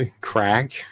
crack